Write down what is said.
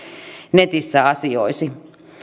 netissä asioisivat